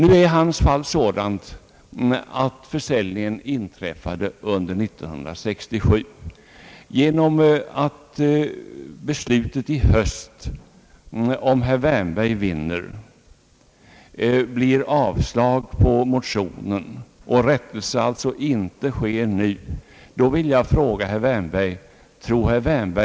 I det fall jag här nämnt inträffade försäljningen under 1967. Om herr Wärnberg vinner och riksdagens beslut innebär ett avslag på de motioner, det här gäller, kan alltså någon rättelse inte ske nu.